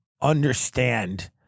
understand